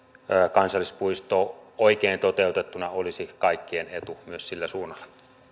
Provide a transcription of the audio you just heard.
kansallispuisto oikein toteutettuna olisi kaikkien etu myös sillä suunnalla